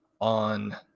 on